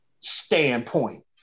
standpoint